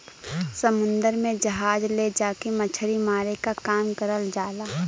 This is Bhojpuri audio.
समुन्दर में जहाज ले जाके मछरी मारे क काम करल जाला